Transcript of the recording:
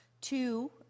Two